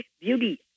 beauty